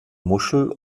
muschel